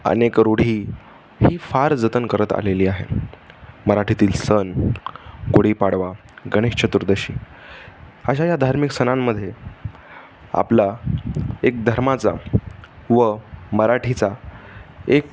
अनेक रूढी ही फार जतन करत आलेली आहे मराठीतील सण गुढीपाडवा गणेश चतुर्दशी अशा या धार्मिक सणांमध्ये आपला एक धर्माचा व मराठीचा एक